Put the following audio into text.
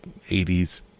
80's